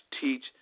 teach